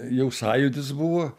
jau sąjūdis buvo